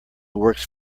works